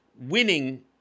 winning